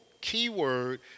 keyword